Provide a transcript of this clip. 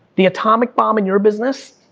the atomic bomb in your business,